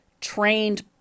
trained